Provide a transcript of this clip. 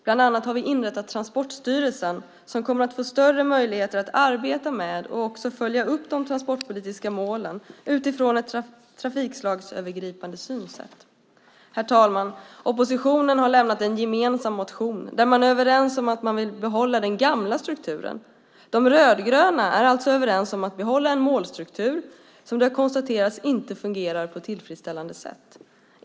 Bland annat har vi inrättat Transportstyrelsen, som kommer att få större möjligheter att arbeta med och följa upp de transportpolitiska målen utifrån ett trafikslagsövergripande synsätt. Herr talman! Oppositionen har väckt en gemensam motion där man är överens om att man vill behålla den gamla strukturen. De rödgröna är alltså överens om att behålla en målstruktur som har konstaterats inte fungera på ett tillfredsställande sätt.